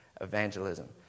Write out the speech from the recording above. Evangelism